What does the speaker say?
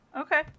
Okay